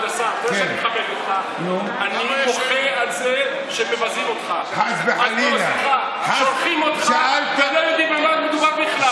אני רוצה לומר עוד דבר אחד: התקנות האלה נוגעות לנתב"ג,